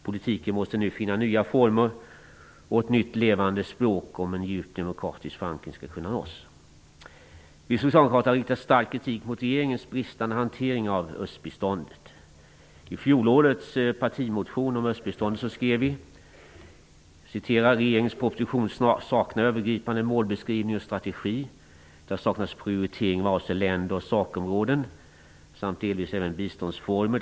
Politiken måste nu finna nya former och ett nytt levande språk om en djup demokratisk förankring skall kunna nås. Vi socialdemokrater har riktat stark kritik mot regeringens bristande hantering av östbiståndet. I fjolårets partimotion om östbiståndet skrev vi att ''regeringens proposition saknar övergripande målbeskrivning och strategi. Där saknas prioritering vad avser länder och sakområden samt delvis även biståndsformer.